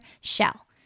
shell